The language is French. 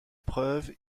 preuve